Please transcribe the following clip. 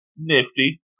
nifty